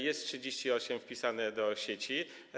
Jest 38 wpisanych do sieci.